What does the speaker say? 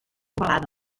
ovalada